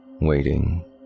waiting